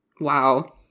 Wow